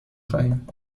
خواهیم